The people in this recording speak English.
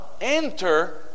enter